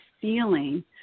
feeling